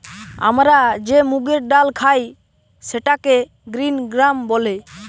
আমরা যে মুগের ডাল খাই সেটাকে গ্রিন গ্রাম বলে